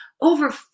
over